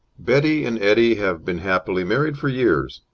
betty and eddie have been happily married for years.